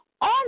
on